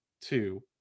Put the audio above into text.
two